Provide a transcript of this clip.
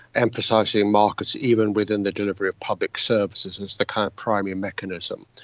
emphasising markets even within the delivery of public services as the kind of primary mechanism.